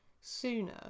sooner